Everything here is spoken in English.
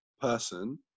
person